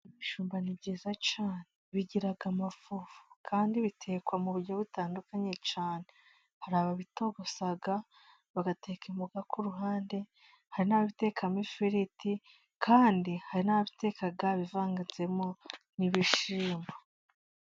Ibijumba ni byiza cyane bigira amafufu, kandi bigatekwa mu buryo butandukanye cyane. Hari ababitogosa bagateka imboga ku ruhande, hari n'ababitekamo ifiriti, kandi hari n'ababiteka bivanzemo n'ibishyimbo.